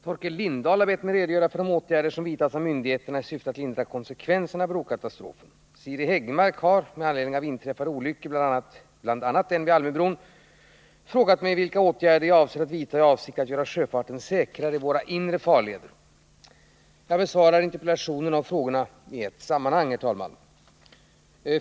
Torkel Lindahl har bett mig redogöra för de åtgärder som vidtas av myndigheterna i syfte att lindra konsekvenserna av brokatastrofen. Siri Häggmark har — med anledning av inträffade olyckor, bl.a. den vid Almöbron — frågat mig vilka åtgärder jag avser att vidta i avsikt att göra sjöfarten säkrare i våra inre farleder. Jag besvarar interpellationerna och frågorna i ett sammanhang.